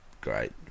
great